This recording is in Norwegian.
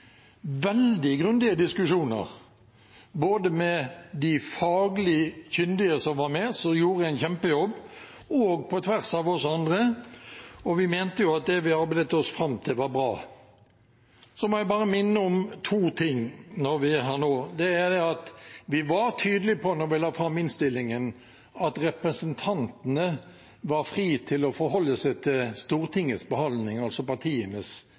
veldig grundige diskusjoner, både med de faglig kyndige som var med, og som gjorde en kjempejobb, og på tvers av oss andre. Vi mente at det vi arbeidet oss fram til, var bra. Så må jeg minne om to ting når vi er her nå. Det er at vi var tydelige på da vi la fram innstillingen, at representantene var fri til å forholde seg til Stortingets behandling, altså partienes